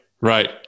Right